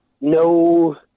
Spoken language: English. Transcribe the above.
no